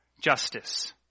justice